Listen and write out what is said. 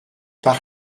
par